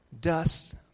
dust